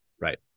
Right